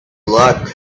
luck